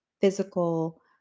physical